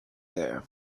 there